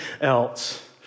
else